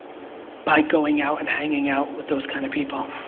by going out and hanging out with those kind of people.